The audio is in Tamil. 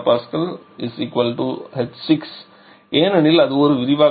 8 MPah6 ஏனெனில் அது ஒரு விரிவாக்க செயல்முறை